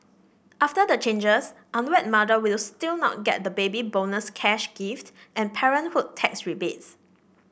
after the changes unwed mothers will still not get the Baby Bonus cash gift and parenthood tax rebates